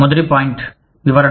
మొదటి పాయింట్ వివరణ